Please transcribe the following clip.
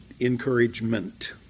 encouragement